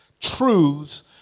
truths